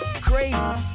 Great